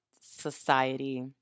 society